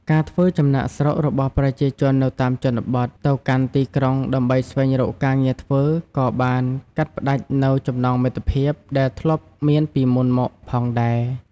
ការធ្វើចំណាកស្រុករបស់ប្រជាជននៅតាមជនបទទៅកាន់ទីក្រុងដើម្បីស្វែងរកការងារធ្វើក៏បានកាត់ផ្តាច់នូវចំណងមិត្តភាពដែលធ្លាប់មានពីមុនមកផងដែរ។